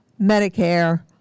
Medicare